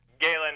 Galen